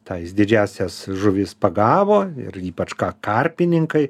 tas didžiąsias žuvis pagavo ir ypač ką karpininkai